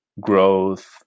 growth